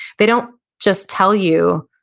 they don't just tell you,